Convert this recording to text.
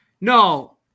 No